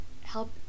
help